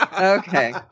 Okay